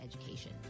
education